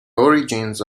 origins